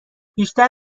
بیشتر